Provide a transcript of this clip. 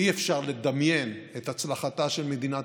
ואי-אפשר לדמיין את הצלחתה של מדינת